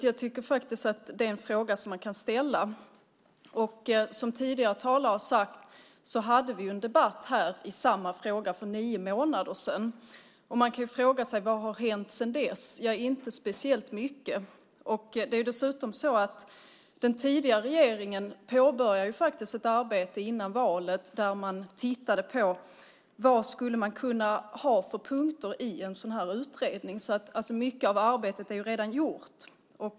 Jag tycker att det är en fråga som man kan ställa. Som tidigare talare har sagt hade vi en debatt här i samma fråga för nio månader sedan. Vad har hänt sedan dess? Ja, inte speciellt mycket. Dessutom påbörjade den tidigare regeringen ett arbete före valet för att titta på vad man skulle kunna ha för punkter i en utredning. Mycket av arbetet är alltså redan gjort.